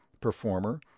performer